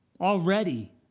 already